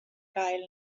gael